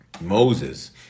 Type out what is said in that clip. Moses